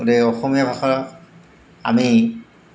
গতিকে অসমীয়া ভাষাৰ আমি